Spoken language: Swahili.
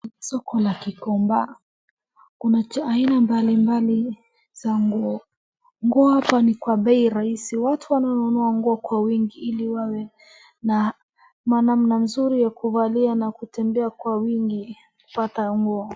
Soko la Gikomba, kumejaa aina mbalimbali za nguo. Nguo hapa ni kwa bei rahisi. Watu wanao nunua nguo kwa wingi ili wawe na manamna nzuri ya kuvalia na kutembea kwa wingi kupata nguo.